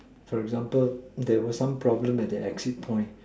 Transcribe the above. for example there were some problem at the action point